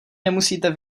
nemusíte